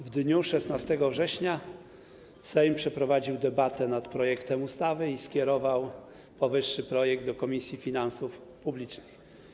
W dniu 16 września Sejm przeprowadził debatę nad projektem ustawy i skierował powyższy projekt do Komisji Finansów Publicznych.